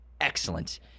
excellent